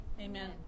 Amen